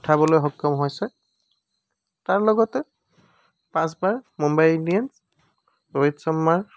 উঠাবলৈ সক্ষম হৈছে তাৰ লগতে পাঁচবাৰ মুম্বাই ইণ্ডিয়ান্ছ ৰোহিত শৰ্মাৰ